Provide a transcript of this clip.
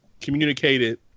communicated